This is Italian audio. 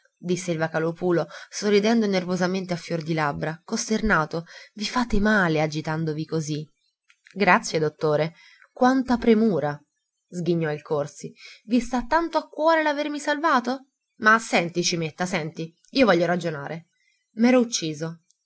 disse il vocalòpulo sorridendo nervosamente a fior di labbra costernato vi fate male agitandovi così grazie dottore quanta premura sghignò il orsi i sta tanto a cuore l'avermi salvato ma senti cimetta senti io voglio ragionare m'ero ucciso